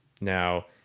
now